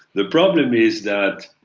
the problem is that